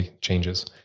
changes